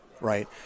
right